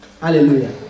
hallelujah